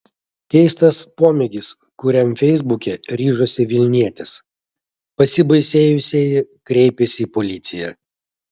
keistas pomėgis kuriam feisbuke ryžosi vilnietis pasibaisėjusieji kreipėsi į policiją